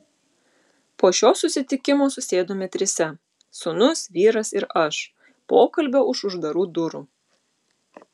po šio susitikimo susėdome trise sūnus vyras ir aš pokalbio už uždarų durų